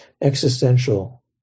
existential